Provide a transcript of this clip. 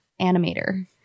animator